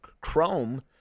Chrome